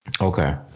Okay